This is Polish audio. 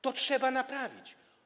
To trzeba naprawić.